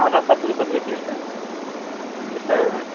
हँ सर सब किछु बतबै छी सर जी सर